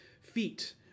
feet